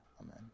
Amen